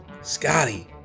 Scotty